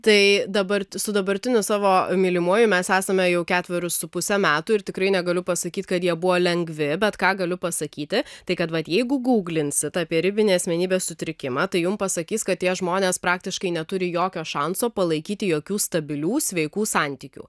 tai dabar su dabartiniu savo mylimuoju mes esame jau ketverius su puse metų ir tikrai negaliu pasakyt kad jie buvo lengvi bet ką galiu pasakyti tai kad vat jeigu guglinsit apie ribinį asmenybės sutrikimą tai jum pasakys kad tie žmonės praktiškai neturi jokio šanso palaikyti jokių stabilių sveikų santykių